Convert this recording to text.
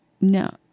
No